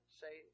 say